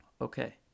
Okay